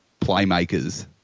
playmakers